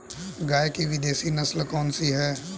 गाय की विदेशी नस्ल कौन सी है?